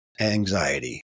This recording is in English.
anxiety